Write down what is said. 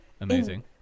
amazing